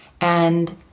And-